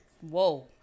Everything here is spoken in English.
whoa